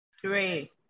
three